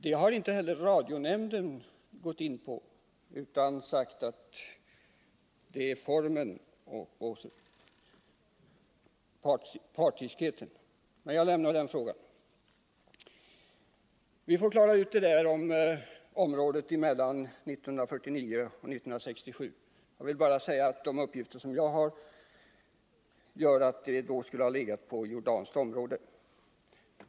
Det har inte radionämnden gått in på, utan den har uttalat sig om programmets form. Vi får klara ut den här frågan om vart området hörde mellan 1949 och 1967. Enligt de uppgifter som jag har fått skulle det ha varit jordanskt område.